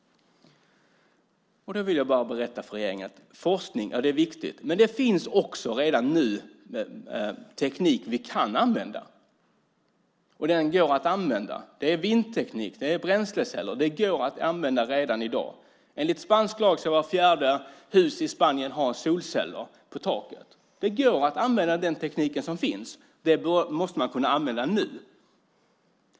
Då vill jag berätta en sak för regeringen. Forskning, ja, det är viktigt, men det finns också redan nu teknik vi kan använda. Den går att använda. Det är vindteknik, och det är bränsleceller. Det går att använda redan i dag. Enligt spansk lag ska vart fjärde hus i Spanien ha solceller på taket. Det går att använda den teknik som finns. Den måste man kunna använda nu.